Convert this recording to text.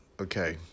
Okay